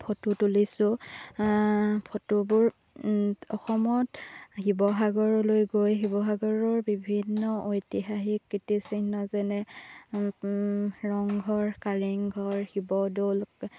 photo তুলিছোঁ ফটোবোৰ অসমত শিৱসাগৰলৈ গৈ শিৱসাগৰৰ বিভিন্ন ঐতিহাসিক কীৰ্তিচিহ্ন যেনে ৰংঘৰ কাৰেংঘৰ শিৱদৌল